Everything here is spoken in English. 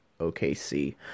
OKC